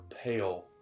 pale